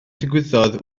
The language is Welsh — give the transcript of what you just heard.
ddigwyddodd